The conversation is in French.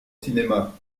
cinéma